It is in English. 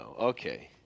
okay